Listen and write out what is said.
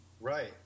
Right